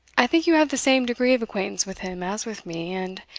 i think you have the same degree of acquaintance with him as with me, and,